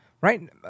right